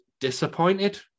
disappointed